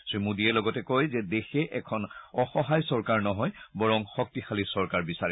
শ্ৰীমোদীয়ে লগতে কয় যে দেশে এখন অসহায় চৰকাৰ নহয় বৰং শক্তিশালী চৰকাৰ বিচাৰে